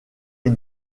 est